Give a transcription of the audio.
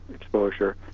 exposure